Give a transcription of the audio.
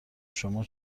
شما